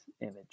image